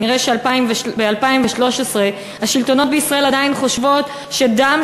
כנראה ב-2013 השלטונות בישראל עדיין חושבים שדם